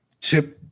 tip